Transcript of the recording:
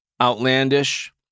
outlandish